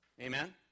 Amen